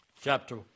chapter